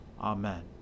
Amen